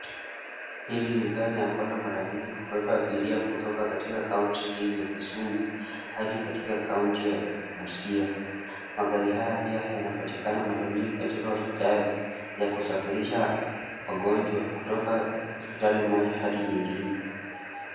Hii ni gari ambalo mara nyingi hubeba abiria kutoka katika kaunti hii ya Kisumu hadi katika kaunti ya Busia. Magari haya pia yanapatikana mara mingi katika hospitali ya kusafirisha wagonjwa kutoka hospitali moja hadi nyingine.